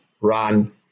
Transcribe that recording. run